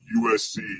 USC